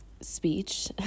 speech